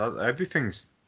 Everything's